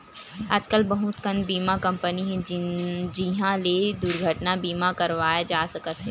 आजकल बहुत कन बीमा कंपनी हे जिंहा ले दुरघटना बीमा करवाए जा सकत हे